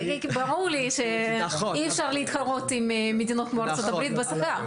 ברור לי שאי אפשר להתחרות עם מדינות כמו ארצות הברית בשכר.